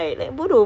(uh huh)